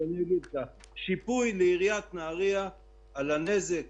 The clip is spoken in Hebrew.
שיפוי לעיריית נהריה על הנזק